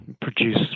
produce